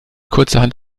kurzerhand